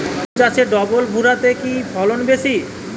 আলু চাষে ডবল ভুরা তে কি ফলন বেশি?